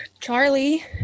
Charlie